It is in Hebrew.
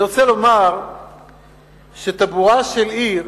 אני רוצה לומר שטבורה של העיר